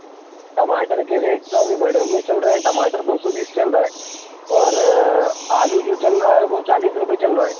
टमाटर के रेट तो अभी बढ़े हुए चल रहे हैं टमाटर दो सौ बीस चल रहा है और आलू जो चल रहा है वो चालीस रुपये चल रहा है